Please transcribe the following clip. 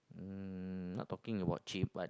um not talking about cheap but